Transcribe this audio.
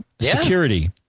security